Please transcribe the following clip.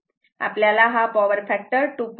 आपल्याला हा power factor 2